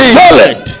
solid